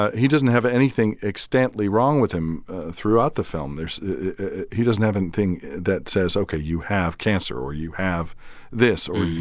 ah he doesn't have anything extently wrong with him throughout the film. there's he doesn't have anything that says, ok, you have cancer or you have this or,